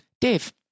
Dave